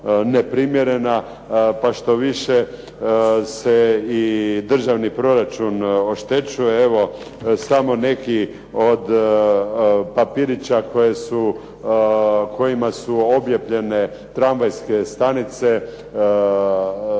neprimjerena, pa štoviše se i državni proračun oštećuje. Evo, samo neki od papirića kojima su oblijepljene tramvajske stanice,